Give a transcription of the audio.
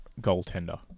Goaltender